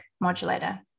modulator